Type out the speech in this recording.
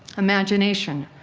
imagination,